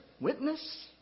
Witness